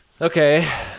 Okay